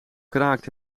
kraakt